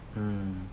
mm